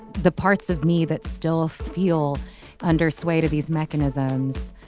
the parts of me that still feel under sway to these mechanisms